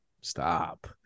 Stop